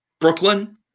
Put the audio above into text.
Brooklyn